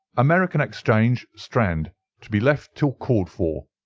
american exchange, strand to be left till called for.